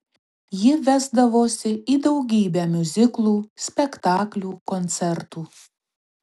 ji vesdavosi į daugybę miuziklų spektaklių koncertų